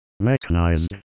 Mechanized